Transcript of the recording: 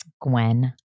Gwen